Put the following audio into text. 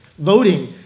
Voting